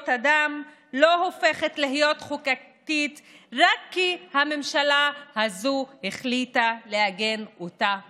אדם לא הופכת להיות חוקתית רק כי הממשלה הזו החליטה לעגן אותה בחוק.